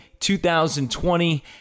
2020